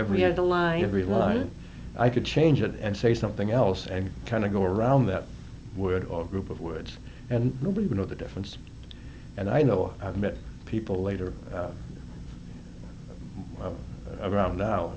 lie every line i could change it and say something else and kind of go around that would or group of words and nobody would know the difference and i know i've met people later around